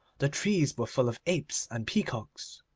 the trees were full of apes and peacocks.